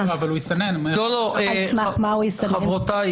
קהילתי, בסיטואציה